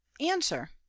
Answer